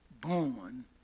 born